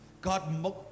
God